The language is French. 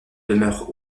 demeurent